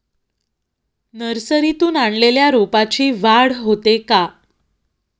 नर्सरीतून आणलेल्या रोपाची वाढ होते का?